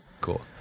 cool